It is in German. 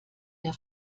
der